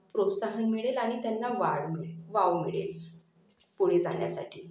प्रोत्साहन मिळेल आणि त्यांना वाढ मिळेल वाव मिळेल पुढे जाण्यासाठी